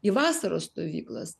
į vasaros stovyklas